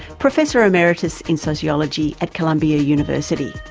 professor emeritus in sociology at columbia university.